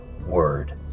word